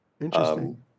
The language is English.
Interesting